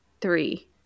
three